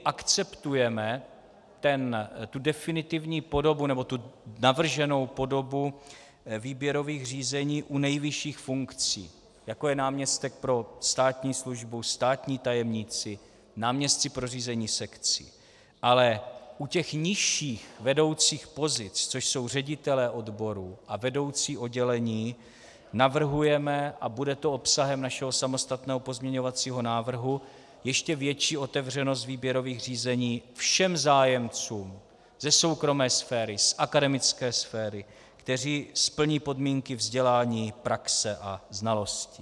Akceptujeme definitivní, nebo navrženou podobu výběrových řízení u nejvyšších funkcí, jako je náměstek pro státní službu, státní tajemníci, náměstci pro řízení sekcí, ale u nižších vedoucích pozic, což jsou ředitelé odborů a vedoucí oddělení, navrhujeme, a bude to obsahem našeho samostatného pozměňovacího návrhu, ještě větší otevřenost výběrových řízení všem zájemcům ze soukromé sféry, z akademické sféry, kteří splní podmínky vzdělání, praxe a znalostí.